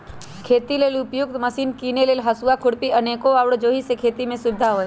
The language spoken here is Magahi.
खेती लेल उपयुक्त मशिने कीने लेल हसुआ, खुरपी अनेक आउरो जाहि से खेति में सुविधा होय